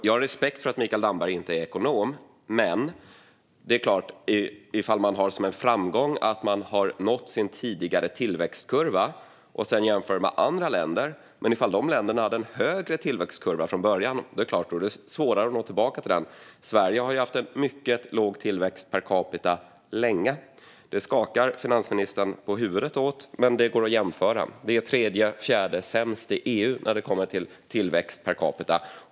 Jag har respekt för att Mikael Damberg inte är ekonom, men om man ser det som en framgång att Sverige har nått sin tidigare tillväxtkurva och sedan jämför med andra länder måste man också räkna med att det är svårare för dessa länder att nå tillbaka till kurvan om de hade en högre tillväxtkurva från början. Sverige har ju länge haft en mycket låg tillväxt per capita. Finansministern skakar på huvudet åt detta, men det går att jämföra. Sverige är tredje eller fjärde sämst i EU när det gäller tillväxt per capita.